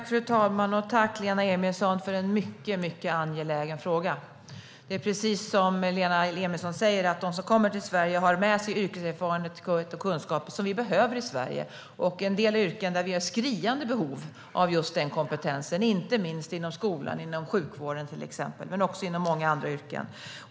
Fru talman! Tack, Lena Emilsson, för en mycket angelägen fråga! Det är precis som Lena Emilsson säger att de som kommer till Sverige har med sig yrkeserfarenhet och kunskap som vi behöver i Sverige. I en del yrken är det skriande behov av just den kompetensen, inte minst inom skolan och sjukvården men också inom många andra yrken.